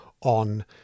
on